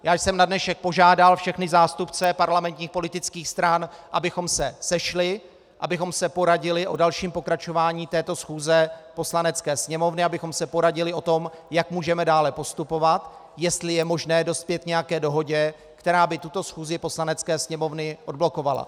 Já jsem na dnešek požádal všechny zástupce parlamentních politických stran, abychom se sešli, abychom se poradili o dalším pokračování této schůze Poslanecké sněmovny, abychom se poradili o tom, jak můžeme dále postupovat, jestli je možné dospět k nějaké dohodě, která by tuto schůzi Poslanecké sněmovny odblokovala.